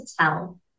tell